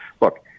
look